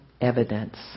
evidence